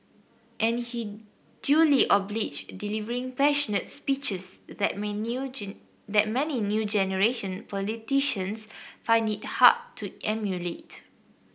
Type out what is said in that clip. and he duly obliged delivering passionate's speeches that may new that many new generation politicians find it hard to emulate